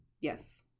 Yes